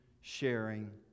sharing